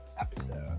episode